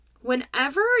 Whenever